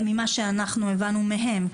ממה שאנחנו הבנו מהם,